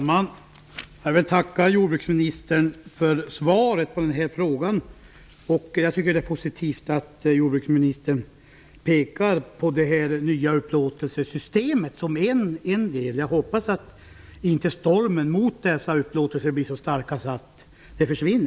Fru talman! Jag vill tacka jordbruksministern för svaret på min fråga. Jag tycker att det är positivt att jordbruksministern pekar på det nya upplåtelsesystemet. Jag hoppas att det inte blir så starka stormar mot det nya upplåtelsesystemet så att det kommer att försvinna.